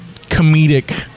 comedic